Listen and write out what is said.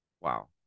Wow